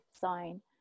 sign